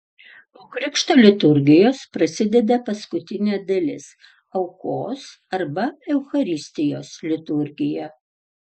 po krikšto liturgijos prasideda paskutinė dalis aukos arba eucharistijos liturgija